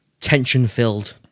tension-filled